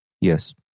Yes